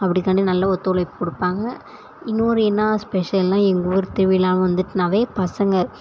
அப்படி தாண்டி நல்ல ஒத்துழைப்பு கொடுப்பாங்க இன்னொரு என்ன ஸ்பெஷல்னா எங்கள் ஊர் திருவிழானு வந்துட்டுனாவே பசங்க